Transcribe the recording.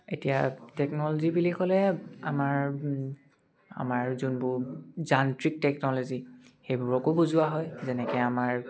এতিয়া টেকন'লজি বুলি ক'লে আমাৰ আমাৰ যোনবোৰ যান্ত্ৰিক টেকন'লজি সেইবোৰকো বুজোৱা হয় যেনেকে আমাৰ